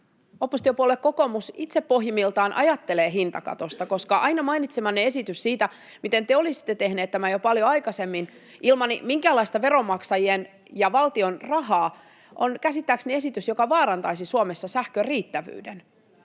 oppositiopuolue kokoomus itse pohjimmiltaan ajattelee hintakatosta. Aina mainitsemanne esitys siitä, miten te olisitte tehneet tämän jo paljon aikaisemmin ilman minkäänlaista veronmaksajien ja valtion rahaa, on käsittääkseni esitys, joka vaarantaisi Suomessa sähkön riittävyyden.